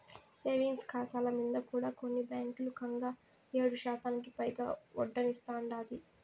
savings కాతాల మింద కూడా కొన్ని బాంకీలు కంగా ఏడుశాతానికి పైగా ఒడ్డనిస్తాందాయి